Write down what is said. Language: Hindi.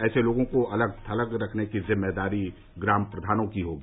ऐसे लोगों को अलग थलग रखने की जिम्मेदारी ग्राम प्रधानों की होगी